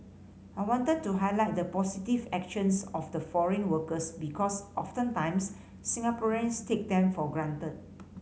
I wanted to highlight the positive actions of the foreign workers because oftentimes Singaporeans take them for granted